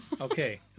Okay